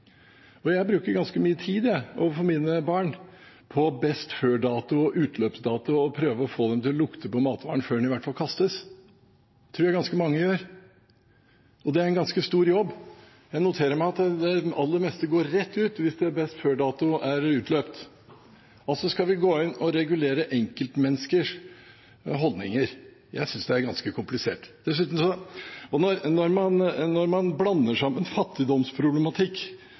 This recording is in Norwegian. beslutning. Jeg bruker ganske mye tid på mine barn når det gjelder best-før-dato og utløpsdato, og prøver å få dem til i hvert fall å lukte på matvaren før den kastes. Det tror jeg ganske mange gjør, og det er en ganske stor jobb. Jeg noterer meg at det aller meste går rett ut hvis best-før-dato er utløpt. Vi skal altså regulere enkeltmenneskers holdninger. Jeg synes det er ganske komplisert. Og når man blander sammen fattigdomsproblematikk